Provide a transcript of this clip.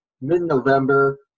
mid-November